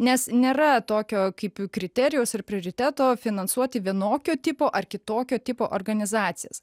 nes nėra tokio kaip kriterijaus ir prioriteto finansuoti vienokio tipo ar kitokio tipo organizacijas